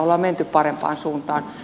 on menty parempaan suuntaan